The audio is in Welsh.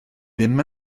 ddim